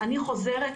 אני חוזרת.